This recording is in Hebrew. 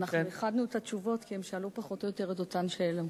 אנחנו איחדנו את התשובות כי הם שאלו פחות או יותר את אותן שאלות.